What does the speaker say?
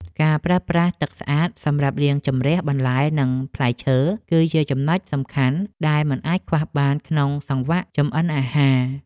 ការប្រើប្រាស់ទឹកស្អាតសម្រាប់លាងជម្រះបន្លែនិងផ្លែឈើ គឺជាចំណុចសំខាន់ដែលមិនអាចខ្វះបានក្នុងសង្វាក់ចម្អិនអាហារ។